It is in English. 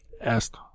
asked